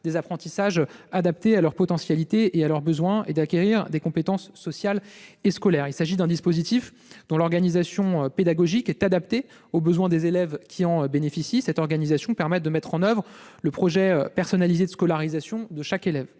des apprentissages adaptés à leurs potentialités et à leurs besoins, et d'acquérir des compétences sociales et scolaires. Il s'agit d'un dispositif dont l'organisation pédagogique est adaptée aux besoins des élèves qui en bénéficient. Cette organisation permet de mettre en oeuvre le projet personnalisé de scolarisation de chaque élève.